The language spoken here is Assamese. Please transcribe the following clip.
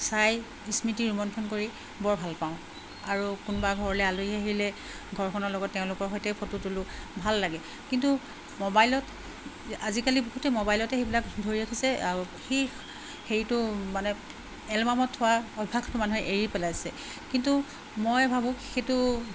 চাই স্মৃতি ৰোমন্থন কৰি বৰ ভাল পাওঁ আৰু কোনোবা ঘৰলৈ আলহী আহিলে ঘৰখনৰ লগত তেওঁলোকৰ সৈতে ফটো তোলোঁ ভাল লাগে কিন্তু মোবাইলত আজিকালি বহুতেই মোবাইলতে সেইবিলাক ধৰি ৰাখিছে আৰু সেই হেৰিটো মানে এলবামত থোৱা অভ্যাসটো মানুহে এৰি পেলাইছে কিন্তু মই ভাবোঁ সেইটো